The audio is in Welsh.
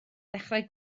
ddechrau